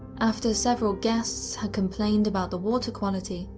after several guests had complained about the water quality,